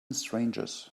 strangers